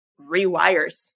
rewires